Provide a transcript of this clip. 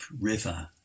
river